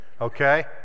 Okay